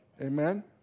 Amen